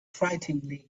frighteningly